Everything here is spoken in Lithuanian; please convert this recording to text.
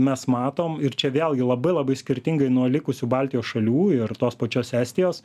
mes matom ir čia vėlgi labai labai skirtingai nuo likusių baltijos šalių ir tos pačios estijos